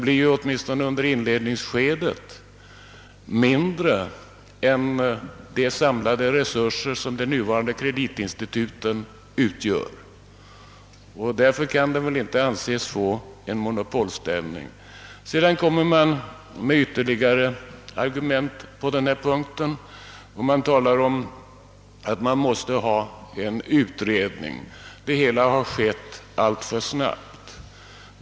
Den har åtminstone under inledningsskedet mindre resurser än de nuvarande kreditinstituten förfogar över. Därför kan den nya banken inte anses få en monopolställning. Bland ytterligare argument på denna punkt anföres att man måste ha en utredning; det hela har skett alltför snabbt.